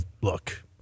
look –